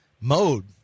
mode